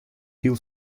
hiel